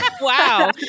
wow